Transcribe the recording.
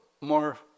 more